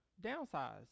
Downsize